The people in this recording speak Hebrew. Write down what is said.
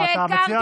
אתה מציע ההצעה.